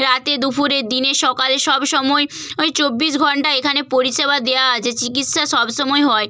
রাতে দুপুরে দিনে সকালে সব সময় ওই চব্বিশ ঘণ্টা এখানে পরিষেবা দেওয়া আছে চিকিৎসা সব সময় হয়